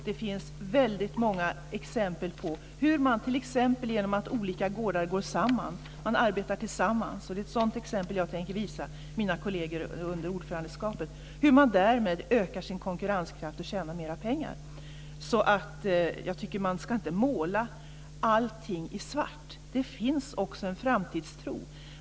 Det finns väldigt många exempel på hur man t.ex. genom att olika gårdar går samman och arbetar tillsammans - det är ett sådant exempel jag tänker visa mina kolleger under ordförandeskapet - ökar sin konkurrenskraft och tjänar mera pengar. Jag tycker inte att man ska måla allting i svart. Det finns också en framtidstro.